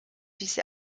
diese